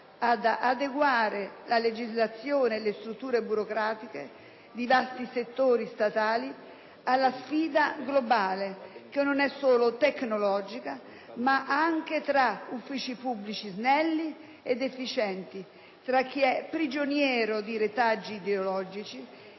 ad adeguare la legislazione e le strutture burocratiche di vasti settori statali alla sfida globale, che non è solo tecnologica, ma anche tra uffici pubblici snelli ed efficienti, tra chi è prigioniero di retaggi ideologici